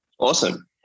Awesome